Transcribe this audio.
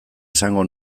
esango